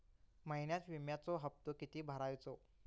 महिन्यात विम्याचो हप्तो किती भरायचो?